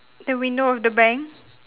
the window of the bank